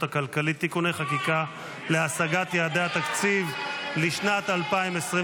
הכלכלית (תיקוני חקיקה להשגת יעדי התקציב לשנת 2025)